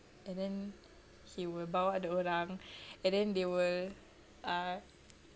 and then he will bawa the orang and then they will uh